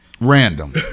Random